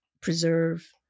preserve